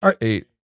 Eight